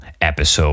episode